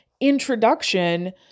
introduction